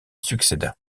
succéda